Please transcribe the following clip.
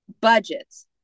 budgets